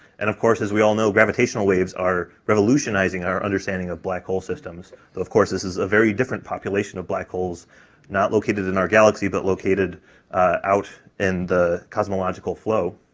and of course, as we all know, gravitational waves are revolutionizing our understanding of black hole systems of course, this is a very different population of black holes not located in our galaxy, but located out in the cosmological flow.